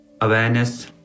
awareness